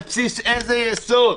על בסיס איזה יסוד?